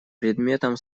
предметом